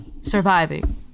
Surviving